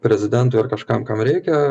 prezidentui ar kažkam kam reikia